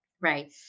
Right